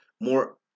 more